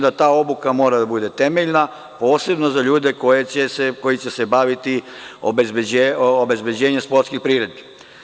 Ta obuka mora da bude temeljna, posebno za ljude koji će se baviti obezbeđenjem sportskih priredbi.